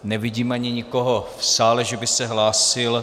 Nevidím ani nikoho v sále, že by se hlásil.